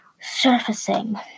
surfacing